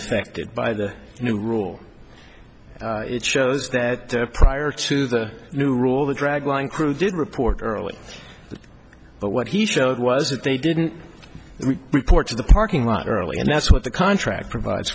affected by the new rule it shows that prior to the new rule the dragline crew did report early the but what he showed was that they didn't report to the parking lot early and that's what the contract provides